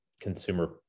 consumer